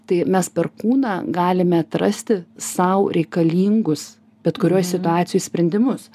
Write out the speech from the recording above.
tai mes per kūną galime atrasti sau reikalingus bet kurioj situacijoj sprendimus